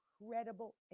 incredible